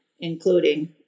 including